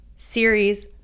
series